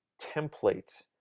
template